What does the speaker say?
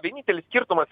vienintelis skirtumas